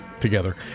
together